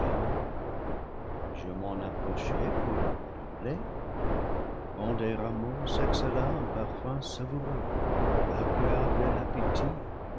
je m'en approchais pour le contempler quand des rameaux s'exhala un parfum savou reux agréable à l'appétit